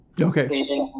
Okay